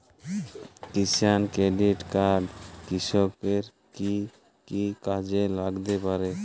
কিষান credit card কৃষকের কি কি কাজে লাগতে পারে?